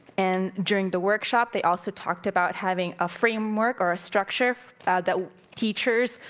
and during the workshop, they also talked about having a framework or a structure that teachers,